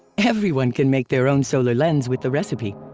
everyone can make their own solar lens with the recipe.